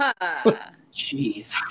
Jeez